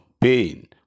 pain